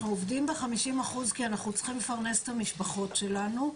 עובדים ב-50 אחוז כי אנחנו צריכים לפרנס את המשפחות שלנו.